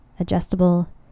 adjustable